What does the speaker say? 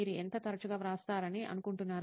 మీరు ఎంత తరచుగా వ్రాస్తారని అనుకుంటున్నారు